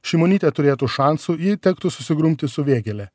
šimonytė turėtų šansų jei tektų susigrumti su vėgėle